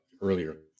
earlier